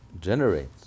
generates